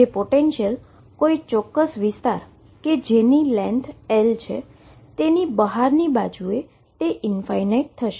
જે પોટેંશિયલ કોઈ ચોક્કસ વિસ્તાર કે જેની લેન્થ L છે તેની બહારની બાજુએ તે ઈન્ફાઈનાઈટ થશે